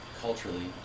culturally